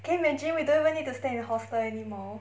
can you imagine we don't even need to stay in a hostel anymore